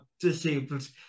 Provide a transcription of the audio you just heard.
disabled